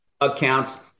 accounts